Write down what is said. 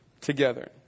Together